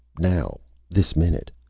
now, this minute,